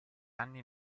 anni